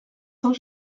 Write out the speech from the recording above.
saint